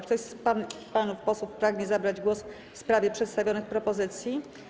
Czy ktoś z pań i panów posłów pragnie zabrać głos w sprawie przedstawionych propozycji?